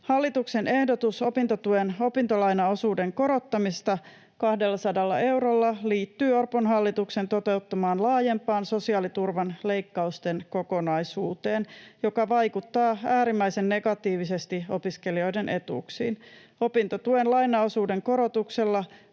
Hallituksen ehdotus opintotuen opintolainaosuuden korottamisesta 200 eurolla liittyy Orpon hallituksen toteuttamaan laajempaan sosiaaliturvan leikkausten kokonaisuuteen, joka vaikuttaa äärimmäisen negatiivisesti opiskelijoiden etuuksiin. Opintotuen lainaosuuden korotuksella